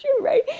right